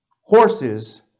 horses